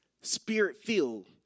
spirit-filled